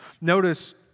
Notice